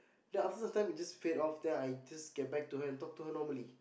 that after last time it just fade off then I just get back to her and talk to her normally